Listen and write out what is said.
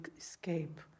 escape